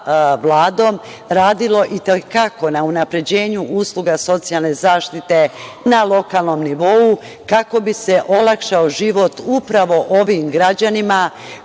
radilo i te kako na unapređenju usluga socijalne zaštite na lokalnom nivou kako bi se olakšao život upravo ovim građanima